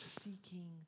seeking